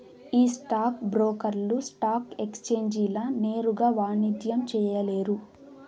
ఈ స్టాక్ బ్రోకర్లు స్టాక్ ఎక్సేంజీల నేరుగా వాణిజ్యం చేయలేరు